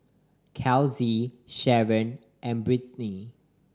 Kelsey Sheron and Britany